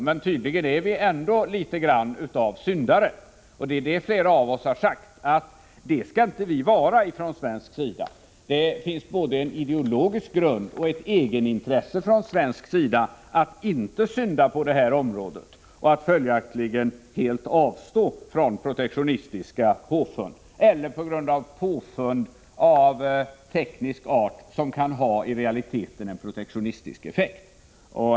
Men tydligen är vi ändå litet grand av syndare. Det är det vi inte skall vara från svensk sida. Det finns både en ideologisk grund och ett egetintresse från svensk sida att inte synda på det här området och att följaktligen helt avstå från protektionistiska påfund eller från påfund av teknisk art som i realiteten kan ha en protektionistisk effekt.